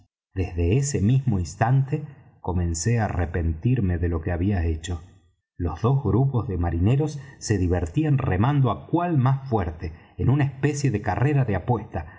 desde ese mismo instante comencé á arrepentirme de lo que había hecho los dos grupos de marineros se divertían remando á cual más fuerte en una especie de carrera de apuesta